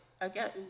again